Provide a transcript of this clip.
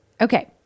okay